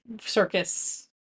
circus